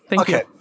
Okay